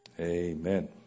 Amen